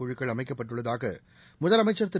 குழுக்கள் அமைக்கப்பட்டுள்ளதாக முதலமைச்சள் திரு